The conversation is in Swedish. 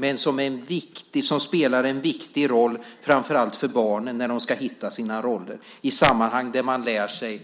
Men den spelar en viktig roll framför allt för barnen när de hitta sina roller i sammanhang där de lär sig